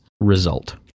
result